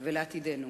ולעתידנו.